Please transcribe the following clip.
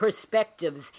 perspectives